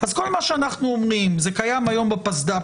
אז כל מה שאנחנו אומרים זה קיים היום בפסד"פ,